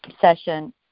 session